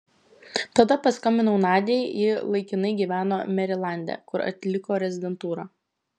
tada paskambinau nadiai ji laikinai gyveno merilande kur atliko rezidentūrą